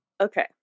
Okay